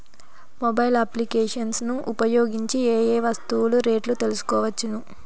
Mobile applications ను ఉపయోగించి ఏ ఏ వస్తువులు రేట్లు తెలుసుకోవచ్చును?